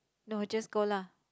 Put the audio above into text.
no just go lah